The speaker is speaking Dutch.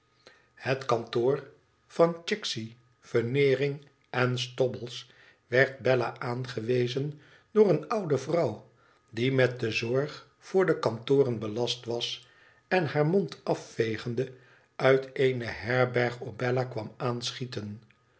het kantoor van chicksey veneering en stobbles werd bella aangewezen door eene oude vrouw die met de zorg voor de kantoren belast was en haar mond afvegende uit eene herberg op bella kwam aanschieten